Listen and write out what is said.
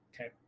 Okay